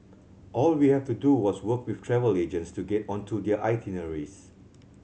all we have to do was work with travel agents to get onto their itineraries